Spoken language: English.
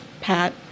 Pat